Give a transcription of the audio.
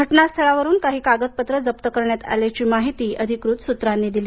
घटनास्थळावरुन काही कागद पत्र जप्त करण्यात आल्याची माहिती अधिकृत सूत्रांनी दिली